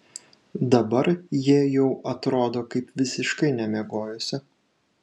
dabar ji jau atrodo kaip visiškai nemiegojusi